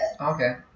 Okay